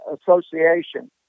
association